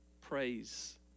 praise